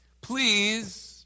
Please